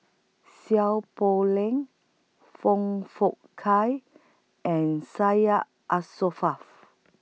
Seow Poh Leng Foong Fook Kay and Syed